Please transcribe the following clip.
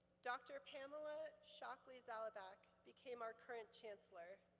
doctor pamela shockley-zalabak became our current chancellor.